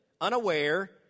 unaware